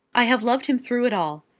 i have loved him through it all.